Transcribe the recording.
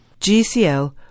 GCL